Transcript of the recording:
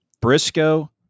Briscoe